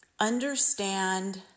understand